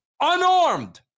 unarmed